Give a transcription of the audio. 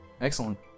excellent